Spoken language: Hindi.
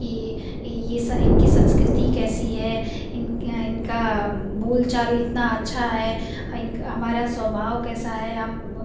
की ये स इनकी संस्कृति कैसी है इन इनका बोल चाल इतना अच्छा है इनक हमारा स्वभाव कैसा है हम